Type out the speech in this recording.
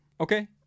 Okay